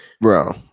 Bro